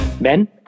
Ben